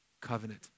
covenant